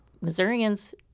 Missourians